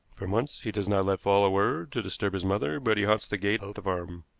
for months he does not let fall a word to disturb his mother, but he haunts the gate of the farm.